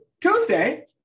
Tuesday